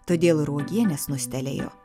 todėl ir uogienė snustelėjo